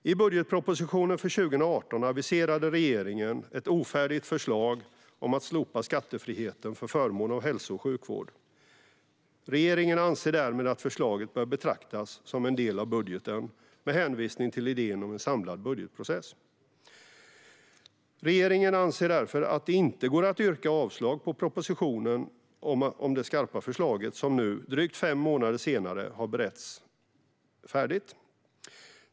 I budgetpropositionen för 2018 aviserade regeringen ett ofärdigt förslag om att slopa skattefriheten för förmån av hälso och sjukvård. Regeringen anser därmed att förslaget bör betraktas som en del av budgeten, med hänvisning till idén om en samlad budgetprocess. Regeringen anser därför att det inte går att yrka avslag på propositionen om det skarpa förslaget, som nu - drygt fem månader senare - har beretts färdigt.